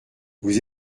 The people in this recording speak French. vous